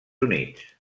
units